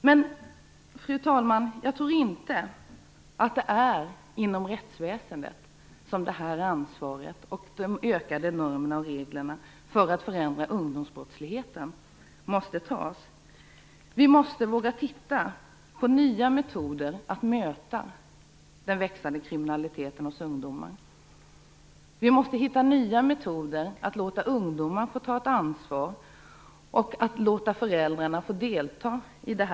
Men jag tror inte att det är inom rättsväsendet man skall ta detta ansvar, ha dessa normer och regler för att minska ungdomsbrottsligheten. Vi måste våga titta på nya metoder att möta den växande kriminaliteten hos ungdomar. Vi måste hitta nya metoder för att låta ungdomar ta ansvar och låta föräldrarna delta i detta.